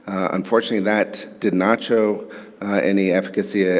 unfortunately, that did not show any efficacy, ah